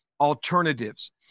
alternatives